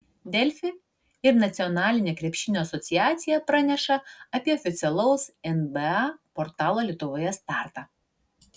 delfi ir nacionalinė krepšinio asociacija praneša apie oficialaus nba portalo lietuvoje startą